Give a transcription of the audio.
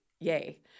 yay